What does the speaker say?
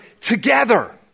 together